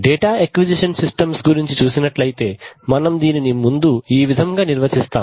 data acquisition systems గురించి చూసినట్లయితే మనం దీనిని ముందు ఈ విధముగా నిర్వచిస్తాం